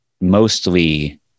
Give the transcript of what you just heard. mostly